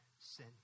sin